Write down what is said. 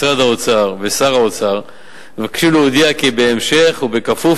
משרד האוצר ושר האוצר מבקשים להודיע כי בהמשך ובכפוף